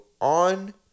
on